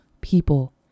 people